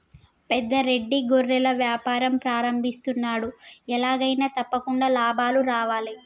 పెద్ద రెడ్డి గొర్రెల వ్యాపారం ప్రారంభిస్తున్నాడు, ఎలాగైనా తప్పకుండా లాభాలు రావాలే